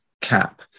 cap